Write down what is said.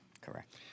Correct